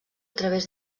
través